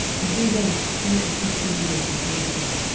and he reigned two and fifty years in jerusalem.